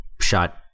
shot